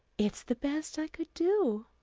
it's the best i could do.